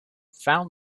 found